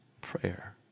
prayer